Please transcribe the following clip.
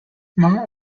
mar